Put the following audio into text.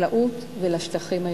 לחקלאות ולשטחים הירוקים.